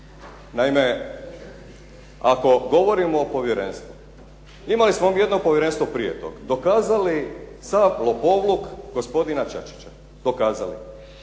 Naime, ako govorimo o povjerenstvu imali smo jedno povjerenstvo prije toga, dokazali sav lopovluk gospodina Čačića, dokazali.